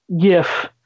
gif